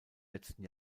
letzten